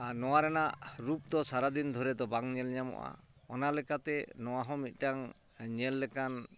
ᱱᱚᱣᱟ ᱨᱮᱱᱟᱜ ᱨᱩᱯᱫᱚ ᱥᱟᱨᱟᱫᱤᱱ ᱫᱷᱚᱨᱮᱫᱚ ᱵᱟᱝ ᱧᱮᱞ ᱧᱟᱢᱚᱜᱼᱟ ᱚᱱᱟᱞᱮᱠᱟᱛᱮ ᱱᱚᱣᱟ ᱦᱚᱸ ᱢᱤᱫᱴᱟᱝ ᱧᱮᱞ ᱞᱮᱠᱟᱱ